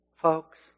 Folks